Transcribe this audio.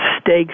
stakes